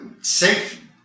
safe